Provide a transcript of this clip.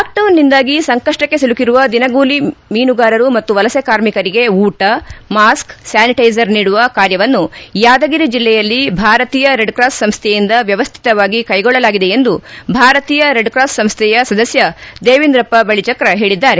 ಲಾಕ್ಡೌನ್ನಿಂದಾಗಿ ಸಂಕಪ್ಪಕ್ಕೆ ಸಿಲುಕಿರುವ ದಿನಗೂಲಿ ಮಿನುಗಾರರು ಮತ್ತು ವಲಸೆ ಕಾರ್ಮಿಕರಿಗೆ ಊಟ ಮಾಸ್ಕ್ ಸ್ಥಾನಿಟೈಸರ್ ನೀಡುವ ಕಾರ್ಯವನ್ನು ಯಾದಗಿರಿ ಜಿಲ್ಲೆಯಲ್ಲಿ ಭಾರತೀಯ ರೆಡ್ ಕ್ರಾಸ್ ಸಂಸೈಯಿಂದ ವ್ಯವಸ್ಥಿತವಾಗಿ ಕೈಗೊಳ್ಳಲಾಗಿದೆ ಎಂದು ಭಾರತೀಯ ರೆಡ್ ಕ್ರಾಸ್ ಸಂಸ್ಥೆಯ ಸದಸ್ಯ ದೇವಿಂದ್ರಪ್ಪ ಬಳಿಚಕ್ರ ಹೇಳಿದ್ದಾರೆ